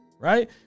right